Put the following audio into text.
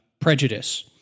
prejudice